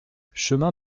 chemin